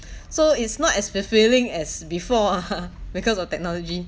so it's not as fulfilling as before ah because of technology